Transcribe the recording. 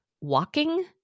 walking